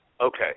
Okay